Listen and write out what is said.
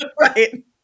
Right